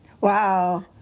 wow